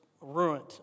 ruined